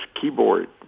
keyboard